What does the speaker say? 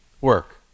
work